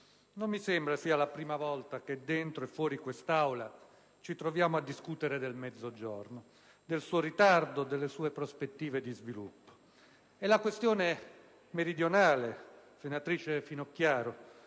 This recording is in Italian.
Non mi sembra sia la prima volta che dentro e fuori quest'Aula ci troviamo a discutere del Mezzogiorno, del suo ritardo e delle sue prospettive di sviluppo. La "questione meridionale", senatrice Finocchiaro,